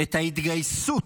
את ההתגייסות